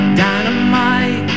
dynamite